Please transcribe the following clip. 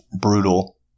brutal